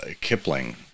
Kipling